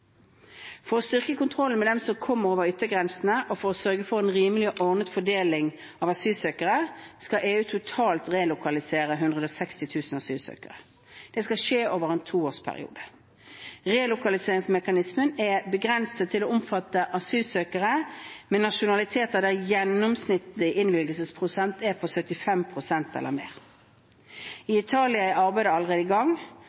For å styrke kontrollen med dem som kommer over yttergrensene, og for å sørge for en rimelig og ordnet fordeling av asylsøkerne, skal EU totalt relokalisere 160 000 asylsøkere. Dette skal skje over en toårsperiode. Relokaliseringsmekanismen er begrenset til å omfatte asylsøkere med nasjonaliteter der gjennomsnittlig innvilgelsesprosent er på 75 pst. eller mer. I Italia er arbeidet allerede i gang,